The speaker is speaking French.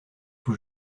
vous